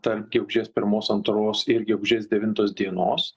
tarp gegužės pirmos antros ir gegužės devintos dienos